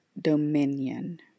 Dominion